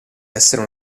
essere